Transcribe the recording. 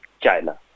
China